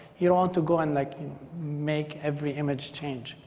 you want to go and like make every image change.